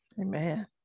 Amen